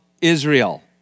Israel